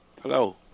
Hello